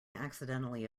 accidentally